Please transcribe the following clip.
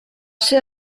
ser